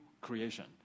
creation